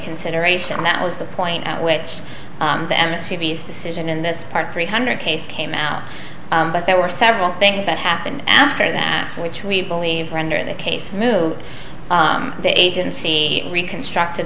consideration that was the point at which the atmosphere decision in this part three hundred case came out but there were several things that happened after that which we believe render the case moot the agency reconstructed